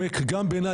אושר.